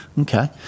Okay